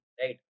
right